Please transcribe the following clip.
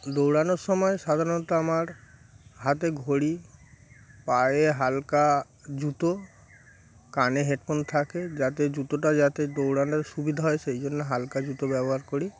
দৌড়ানোর সময় সাধারণত আমার হাতে ঘড়ি পায়ে হালকা জুতো কানে হেডফোন থাকে যাতে জুতোটা যাতে দৌড়ানোর সুবিধা হয় সেই জন্য হালকা জুতো ব্যবহার করি